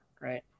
right